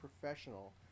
professional